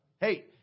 Hey